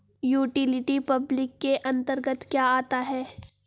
Utility public के अंतर्गत क्या आता है?